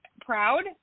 proud